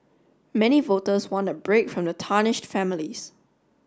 many voters want a break from the tarnished families